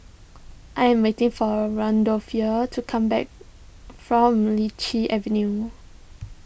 I am waiting for Randolph to come back from Lichi Avenue